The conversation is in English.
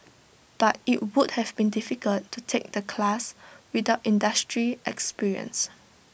but IT would have been difficult to take the class without industry experience